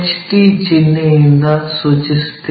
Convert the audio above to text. T ಚಿಹ್ನೆಯಿಂದ ಸೂಚಿಸುತ್ತೇವೆ